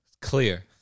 Clear